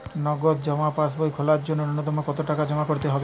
নগদ জমা পাসবই খোলার জন্য নূন্যতম কতো টাকা জমা করতে হবে?